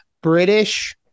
British